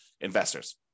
investors